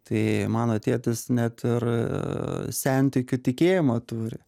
tai mano tėtis net ir sentikių tikėjimą turi